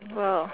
well